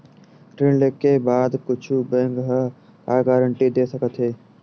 ऋण लेके बाद कुछु बैंक ह का गारेंटी दे सकत हे?